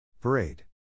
Parade